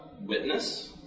witness